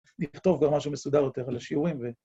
נכתוב גם משהו מסודר יותר על השיעורים ו...